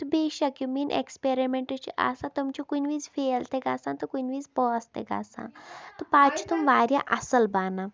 تہٕ بے شک یِم میٛٲنۍ ایکٕسپیرِمینٛٹ چھِ آسان تِم چھِ کُنہِ وِز فیل تہِ گژھان تہٕ کُنہِ وِزِ پاس تہِ گژھان تہٕ پَتہٕ چھِ تِم واریاہ اَصٕل بَنان